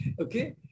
okay